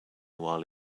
while